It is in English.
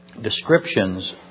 descriptions